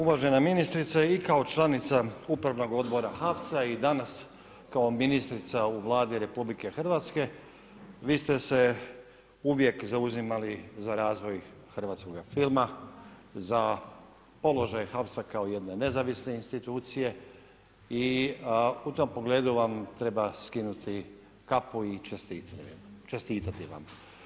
Uvažena ministrice, i kao članica Upravnog odbora HAVC-a i danas kao ministrica u Vlade RH, vi ste se uvijek zauzimali za razvoj hrvatskog filma, za položaj HAVC-a kao jedne nezavisne institucije i u tom pogledu vam treba skinuti kapu i čestitati vam.